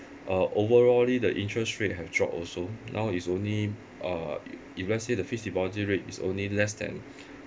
uh overally the interest rate have dropped also now is only uh if let's say the fixed deposit rate is only less than